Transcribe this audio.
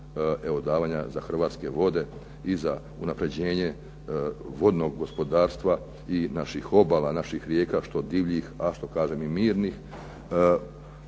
evo davanja za Hrvatske vode i za unapređenje vodnog gospodarstva i naših obala, naših rijeka što divljih, a što kažem i mirnih,